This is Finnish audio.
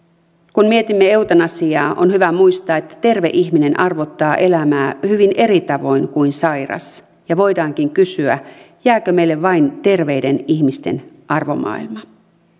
kun mietimme eutanasiaa on hyvä muistaa että terve ihminen arvottaa elämää hyvin eri tavoin kuin sairas ja voidaankin kysyä jääkö meille vain terveiden ihmisten arvomaailma